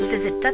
Visit